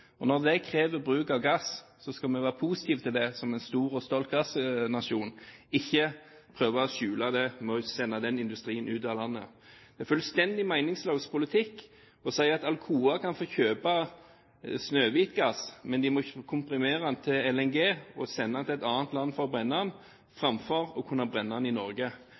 Når det krever bruk av gass, skal vi som en stor og stolt gassnasjon være positive til det, og ikke prøve å skjule det ved å sende den industrien ut av landet. Det er fullstendig meningsløs politikk å si at Alcoa kan få kjøpe Snøhvit-gass, men de må komprimere den til LNG og sende den til et annet land for å brenne den, framfor å kunne brenne den i Norge.